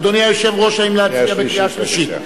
אדוני היושב-ראש, האם להצביע בקריאה שלישית?